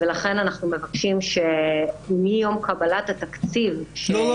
ולכן אנחנו מבקשים שמיום קבלת התקציב --- לא,